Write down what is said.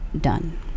done